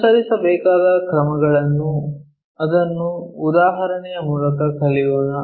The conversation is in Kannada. ಅನುಸರಿಸಬೇಕಾದ ಕ್ರಮಗಳನ್ನು ಅದನ್ನು ಉದಾಹರಣೆಯ ಮೂಲಕ ಕಲಿಯೋಣ